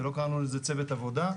ולא קראנו לזה "צוות עבודה".